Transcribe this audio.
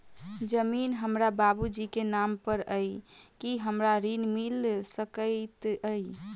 जमीन हमरा बाबूजी केँ नाम पर अई की हमरा ऋण मिल सकैत अई?